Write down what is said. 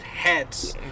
heads